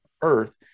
Earth